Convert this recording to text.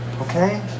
Okay